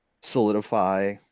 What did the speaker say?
solidify